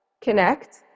Connect